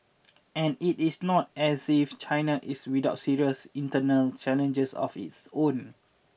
and it is not as if China is without serious internal challenges of its own